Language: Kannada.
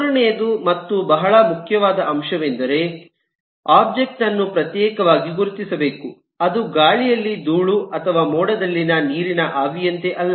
ಮೂರನೆಯದು ಮತ್ತು ಬಹಳ ಮುಖ್ಯವಾದ ಅಂಶವೆಂದರೆ ಒಬ್ಜೆಕ್ಟ್ ಅನ್ನು ಪ್ರತ್ಯೇಕವಾಗಿ ಗುರುತಿಸಬೇಕು ಅದು ಗಾಳಿಯಲ್ಲಿನ ಧೂಳು ಅಥವಾ ಮೋಡದಲ್ಲಿನ ನೀರಿನ ಆವಿಯಂತೆ ಅಲ್ಲ